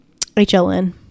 HLN